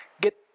get